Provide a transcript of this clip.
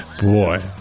Boy